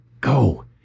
go